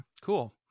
cool